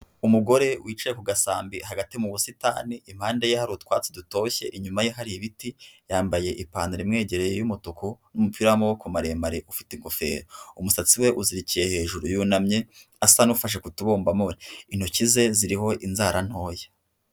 Umugore wicaye ku gasambi hagati mu busitani impande ye hari utwatsi dutoshye inyuma ye hari ibiti, yambaye ipantaro imwegereye y'umutuku n'umupira w'amaboko maremare ufite ingofero umusatsi we yawuzirikiye hejuru yunamye asa nufashe kutubumbamo intoki ze ziriho inzara ntoya.